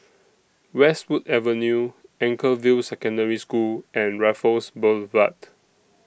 Westwood Avenue Anchorvale Secondary School and Raffles Boulevard